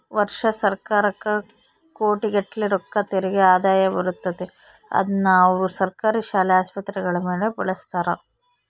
ವರ್ಷಾ ಸರ್ಕಾರಕ್ಕ ಕೋಟಿಗಟ್ಟಲೆ ರೊಕ್ಕ ತೆರಿಗೆ ಆದಾಯ ಬರುತ್ತತೆ, ಅದ್ನ ಅವರು ಸರ್ಕಾರಿ ಶಾಲೆ, ಆಸ್ಪತ್ರೆಗಳ ಮೇಲೆ ಬಳಸ್ತಾರ